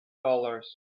dollars